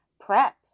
prep